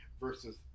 versus